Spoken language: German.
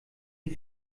die